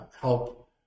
help